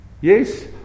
Yes